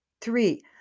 Three